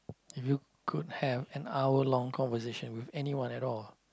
if you could have an hour long conversation with anyone at all